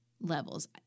levels